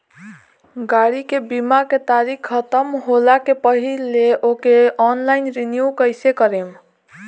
गाड़ी के बीमा के तारीक ख़तम होला के पहिले ओके ऑनलाइन रिन्यू कईसे करेम?